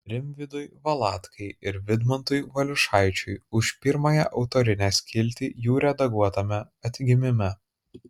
rimvydui valatkai ir vidmantui valiušaičiui už pirmąją autorinę skiltį jų redaguotame atgimime